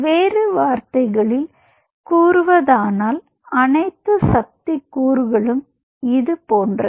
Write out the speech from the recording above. வேறு வார்த்தைகளில் கூறுவதானால் அனைத்து சக்தி கூறுகளும் இது போன்றது